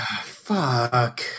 Fuck